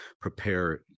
prepare